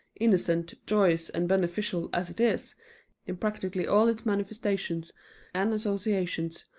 innocent, joyous and beneficial as it is in practically all its manifestations and associations,